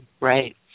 Right